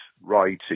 writing